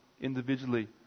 individually